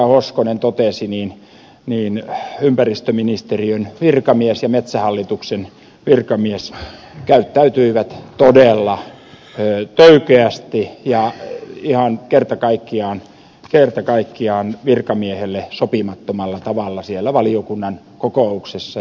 hoskonen totesi ympäristöministeriön virkamies ja metsähallituksen virkamies käyttäytyivät todella töykeästi ja ihan kerta kaikkiaan virkamiehelle sopimattomalla tavalla siellä valiokunnan kokouksessa